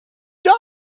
down